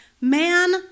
man